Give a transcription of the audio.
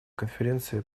конференции